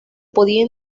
podía